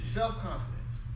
self-confidence